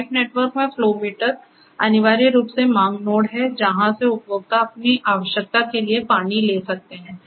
pipe network में flow meter अनिवार्य रूप से मांग नोड है जहां से उपभोक्ता अपनी आवश्यकता के लिए पानी ले सकते हैं